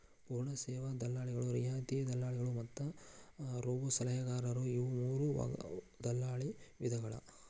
ಪೂರ್ಣ ಸೇವಾ ದಲ್ಲಾಳಿಗಳು, ರಿಯಾಯಿತಿ ದಲ್ಲಾಳಿಗಳು ಮತ್ತ ರೋಬೋಸಲಹೆಗಾರರು ಇವು ಮೂರೂ ದಲ್ಲಾಳಿ ವಿಧಗಳ